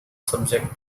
subject